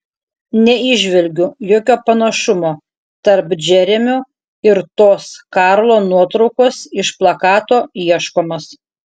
neįžvelgiu jokio panašumo tarp džeremio ir tos karlo nuotraukos iš plakato ieškomas